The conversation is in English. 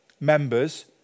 members